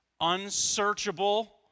unsearchable